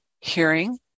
hearing